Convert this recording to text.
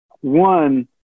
One